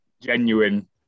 genuine